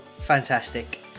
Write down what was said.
Fantastic